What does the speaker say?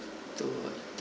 two uh two